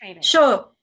sure